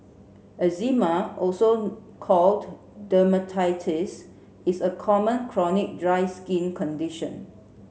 eczema also called dermatitis is a common chronic dry skin condition